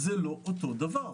זה לא אותו דבר.